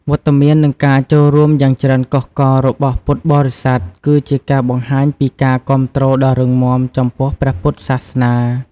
វត្តមាន និងការចូលរួមយ៉ាងច្រើនកុះកររបស់ពុទ្ធបរិស័ទ គឺជាការបង្ហាញពីការគាំទ្រដ៏រឹងមាំចំពោះព្រះពុទ្ធសាសនា។